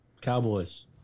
Cowboys